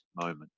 moment